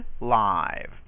live